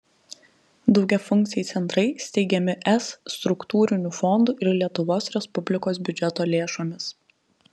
daugiafunkciai centrai steigiami es struktūrinių fondų ir lietuvos respublikos biudžeto lėšomis